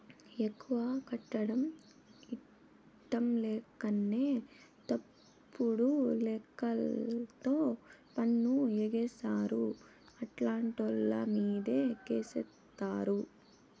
ఎక్కువ కట్టడం ఇట్టంలేకనే తప్పుడు లెక్కలతో పన్ను ఎగేస్తారు, అట్టాంటోళ్ళమీదే కేసేత్తారు